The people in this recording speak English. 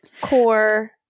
core